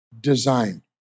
design